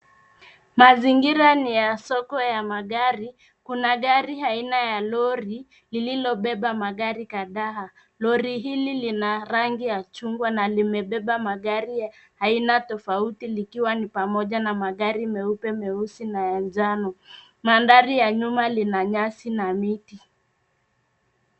Mazingira ni ya soko ya magari. kuna gari aina ya lori lililobeba magari kadhaa. Lori hili lina rangi ya chungwa na limebeba magari meupe, meusi na ya njano. Mandhari ya nyuma kuna nyasi na miti.